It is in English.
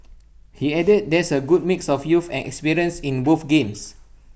he added there is A good mix of youth and experience in both games